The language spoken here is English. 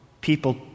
people